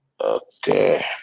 Okay